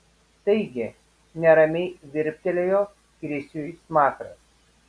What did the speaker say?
taigi neramiai virptelėjo krisiui smakras